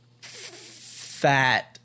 fat